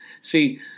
See